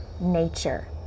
nature